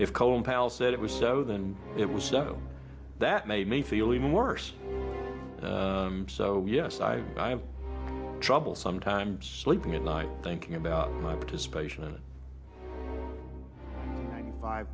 if colin powell said it was so than it was that made me feel even worse so yes i i have trouble sometimes sleeping at night thinking about my participation